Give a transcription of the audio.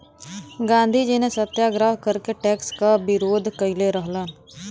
गांधीजी ने सत्याग्रह करके टैक्स क विरोध कइले रहलन